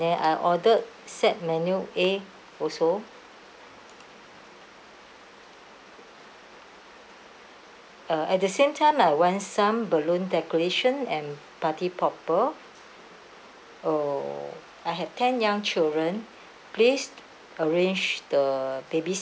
and I ordered set menu A also uh at the same time I want some balloon decoration and party popper oh I have ten young children please arrange the baby